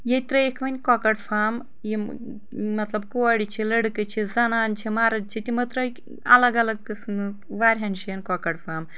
ییٚتہِ ترٲیکھ وۄنۍ کۄکر فارم یم مطلب کورِ چھِ لڑکہٕ چھِ زنان چھِ مرد چھِ تمو ترٲے الگ الگ قسمٕکۍ واریاہن جاین کۄکر فارم